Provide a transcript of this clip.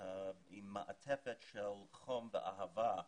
עם מעטפת של חום ואהבה.